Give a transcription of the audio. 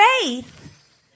Faith